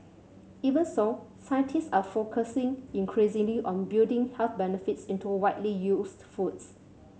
even so scientists are focusing increasingly on building health benefits into widely used foods